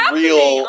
real